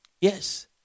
Yes